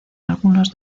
algunos